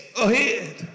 ahead